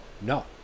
no